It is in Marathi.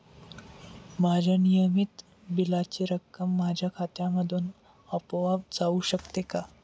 माझ्या नियमित बिलाची रक्कम माझ्या खात्यामधून आपोआप जाऊ शकते का?